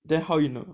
then how you know